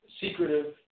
secretive